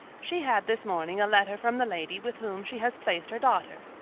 she had this morning a letter from the lady with whom she has placed her daughter,